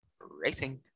Racing